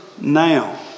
Now